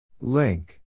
Link